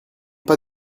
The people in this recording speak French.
pas